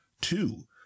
Two